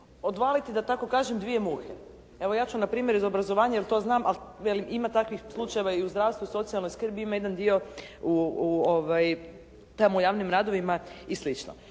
odvaliti da tako kažem dvije muhe. Evo ja ću npr. iz obrazovanja, jer to znam, ali velim ima takvih slučajeva i u zdravstvu i u socijalnoj skrbi, ima jedan dio tamo u javnim radovima i